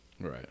Right